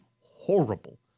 horrible